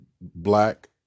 black